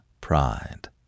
Pride